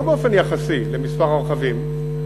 לא באופן יחסי למספר הרכבים,